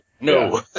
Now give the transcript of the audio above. no